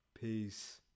Peace